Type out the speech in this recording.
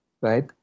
right